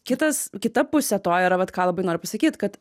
kitas kita pusė to yra vat ką labai noriu pasakyt kad